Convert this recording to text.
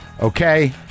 Okay